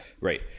right